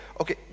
okay